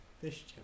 Fish